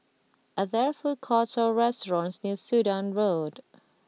are there food courts or restaurants near Sudan Road